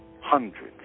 hundreds